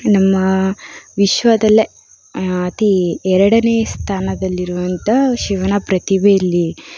ನಮ್ಮ ವಿಶ್ವದಲ್ಲೇ ಅತಿ ಎರಡನೆಯ ಸ್ಥಾನದಲ್ಲಿರುವಂತಹ ಶಿವನ ಪ್ರತಿಭೆ ಇಲ್ಲಿ